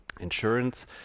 insurance